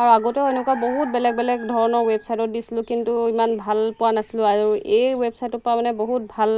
আৰু আগতেও এনেকুৱা বহুত বেলেগ বেলেগ ধৰণৰ ৱেবছাইটত দিছিলোঁ কিন্তু ইমান ভাল পোৱা নাছিলোঁ আৰু এই ৱেবছাইটৰ পৰা মানে বহুত ভাল